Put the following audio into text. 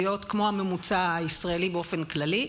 להיות כמו הממוצע הישראלי באופן כללי.